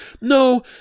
no